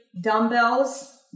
dumbbells